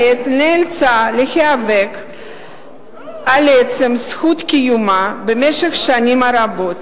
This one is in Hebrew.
נאלצה להיאבק על עצם זכות קיומה במשך שנים רבות,